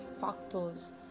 factors